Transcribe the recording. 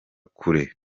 kure